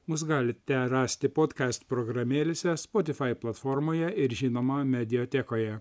mus galite rasti podcast programėlėse spotify platformoje ir žinoma mediatekoje